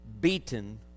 beaten